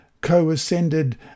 co-ascended